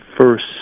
first